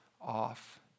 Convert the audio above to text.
off